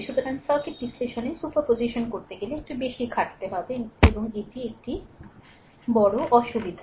সুতরাং সার্কিট বিশ্লেষণ সুপারপজিশন করতে গেলে একটু বেশি খাটতে হবে এবং এটি একটি বড় অসুবিধা